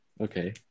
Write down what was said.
Okay